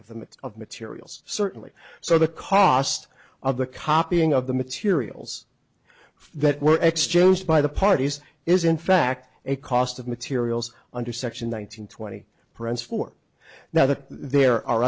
of the mix of materials certainly so the cost of the copying of the materials that were exchanged by the parties is in fact a cost of materials under section one nine hundred twenty prince four now that there are